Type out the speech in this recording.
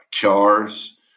cars